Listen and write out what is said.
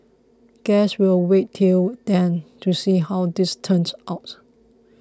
guess we'll wait till then to see how this turns out